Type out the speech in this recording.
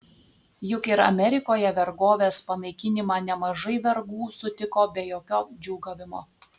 juk ir amerikoje vergovės panaikinimą nemažai vergų sutiko be jokio džiūgavimo